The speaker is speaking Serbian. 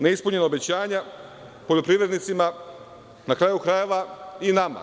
Neispunjena obećanja poljoprivrednicima, a na kraju krajeva i nama.